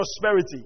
prosperity